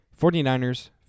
49ers